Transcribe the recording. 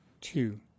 two